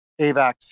AVAX